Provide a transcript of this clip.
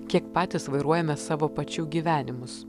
kiek patys vairuojame savo pačių gyvenimus